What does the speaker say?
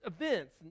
events